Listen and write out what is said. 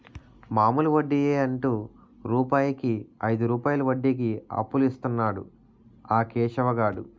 మామూలు వడ్డియే అంటు రూపాయికు ఐదు రూపాయలు వడ్డీకి అప్పులిస్తన్నాడు ఆ కేశవ్ గాడు